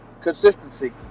consistency